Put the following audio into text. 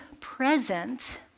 present